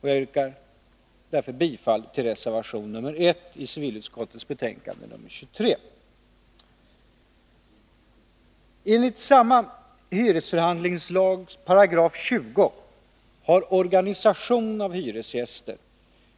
Jag yrkar bifall till reservation nr 1 i civilutskottets betänkande nr 23. Enligt samma hyresförhandlingslag § 20 har organisation av hyresgäster,